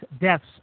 deaths